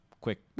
quick